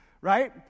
right